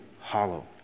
hollow